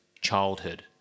childhood